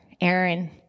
Aaron